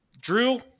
Drew